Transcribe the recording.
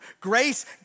Grace